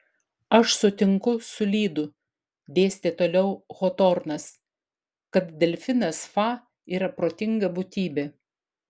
aš sutinku su lydu dėstė toliau hotornas kad delfinas fa yra protinga būtybė